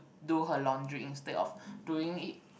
do her laundry instead of doing it